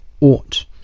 ought